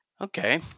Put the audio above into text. Okay